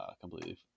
completely